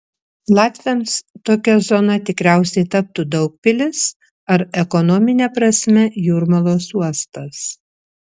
latviams tokia zona tikriausiai taptų daugpilis ar ekonomine prasme jūrmalos uostas